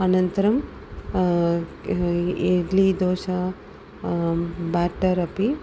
अनन्तरं इड्लि दोशा बाटर् अपि